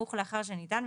בסמוך לאחר שניתן,